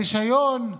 הרישיון,